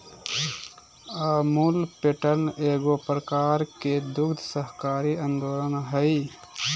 Amul pattern एगो प्रकार के दुग्ध सहकारी आन्दोलन हइ